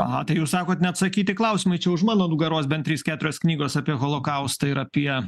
aha tai jūs sakot neatsakyti klausimai čia už mano nugaros bent trys keturios knygos apie holokaustą ir apie